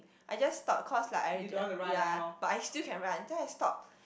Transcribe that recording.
I just stopped cause like I really ya but I still can run then I stop